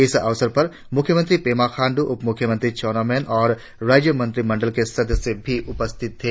इस अवसर पर मुख्यमंत्री पेमा ख़ाण्डू उपमुख्यमंत्री चाउना मैन और राज्य मंत्रिमंडल के सदस्य भी उपस्थित थे